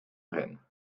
rennes